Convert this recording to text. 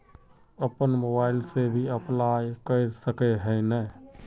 अपन मोबाईल से भी अप्लाई कर सके है नय?